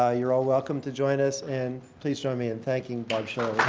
ah you're all welcome to join us. and please join me in thanking bob shiller.